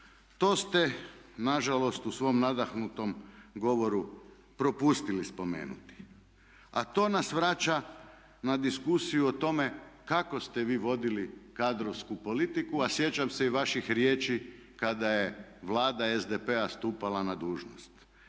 To ste nažalost u svom nadahnutom govoru propustili spomenuti. A to nas vraća na diskusiju o tome kako ste vi vodili kadrovsku politiku a sjećam se i vaših riječi kada je Vlada SDP-a stupala na dužnost.